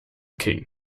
king